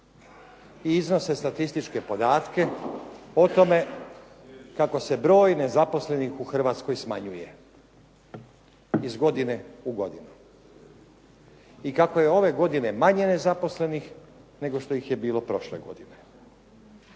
i iznose statističke podatke o tome kako se broj nezaposlenih u Hrvatskoj smanjuje iz godine u godinu. I kako je ove godine manje zaposlenih, nego što ih je bilo prošle godine.